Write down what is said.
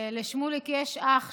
לשמוליק יש לו אח,